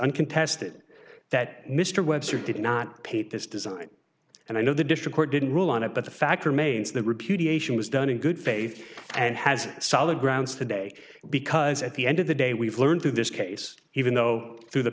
uncontested that mr webster did not paint this design and i know the district court didn't rule on it but the fact remains that repudiation was done in good faith and has solid grounds today because at the end of the day we've learned through this case even though through the